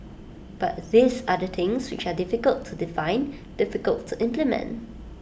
but these are the things which are difficult to define difficult to implement